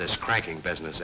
this cracking business